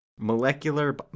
molecular